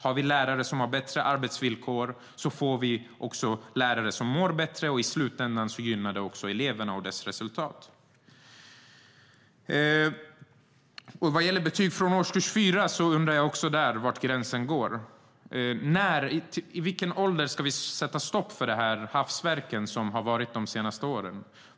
Har vi lärare som har bättre arbetsvillkor får vi också lärare som mår bättre. I slutändan gynnar det eleverna och deras resultat. Vad gäller betyg från årskurs 4 undrar jag även där var gränsen går. Vid vilken ålder ska vi sätta stopp för de hafsverk som funnits de senaste åren?